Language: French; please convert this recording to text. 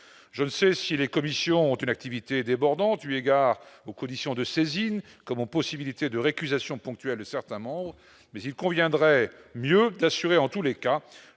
je ne sais si les commissions ont une activité débordante, eu égard au coût d'ici de saisine, possibilité de récusation ponctuelle, certains mots mais il conviendrait mieux d'assurer, en tous les cas,